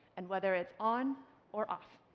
and whether it's on or off.